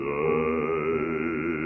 die